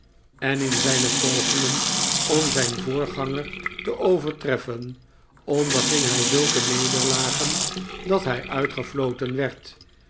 en in zijne pogingen om zijn voorganger te overtreffen onderging hij zulke nederlagen dat hij uitgefloten werd